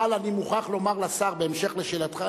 אבל אני מוכרח לומר לשר, בהמשך לשאלתך.